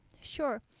sure